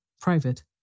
private